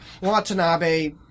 Watanabe